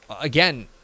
again